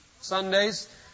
Sundays